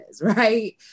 right